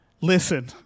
listen